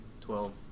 twelve